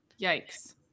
Yikes